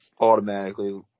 automatically